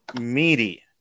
meaty